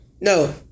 No